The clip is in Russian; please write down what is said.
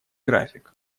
график